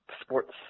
sports